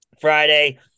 Friday